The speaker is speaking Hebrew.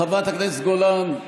חברת הכנסת גולן,